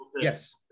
yes